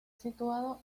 situado